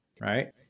right